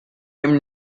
him